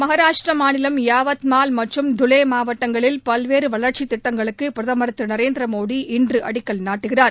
மகாராஷ்டிரா மாநிலம் யவத்மால் மற்றும் தலே மாவட்டங்களில் பல்வேறு வளர்ச்சித் திட்டங்களுக்கு பிரதமர் திரு நரேந்திர மோடி இன்று அடிக்கல் நாட்டுகிறார்